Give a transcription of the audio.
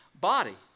body